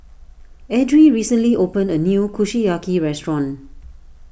Edrie recently opened a new Kushiyaki restaurant